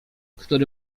który